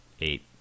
eight